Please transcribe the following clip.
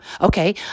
okay